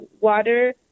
water